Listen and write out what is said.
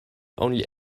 only